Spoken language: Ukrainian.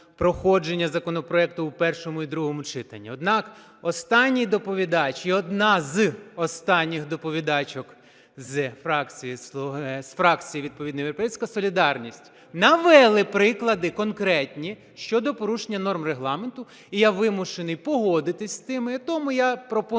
проходження законопроекту в першому і другому читанні. Однак останній доповідач і одна з останніх доповідачок з фракції відповідно "Європейська солідарність" навели приклади конкретні щодо порушення норм Регламенту, і я вимушений погодитися з цим. Тому я пропоную